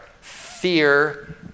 fear